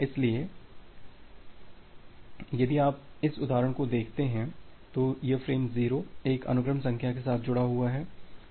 इसलिए यदि आप इस उदाहरण को देखते हैं तो यह फ्रेम 0 एक अनुक्रम संख्या के साथ जुड़ा हुआ है